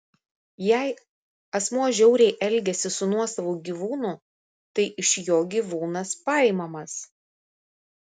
jei asmuo žiauriai elgiasi su nuosavu gyvūnu tai iš jo gyvūnas paimamas